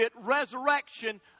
resurrection